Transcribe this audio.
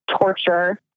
torture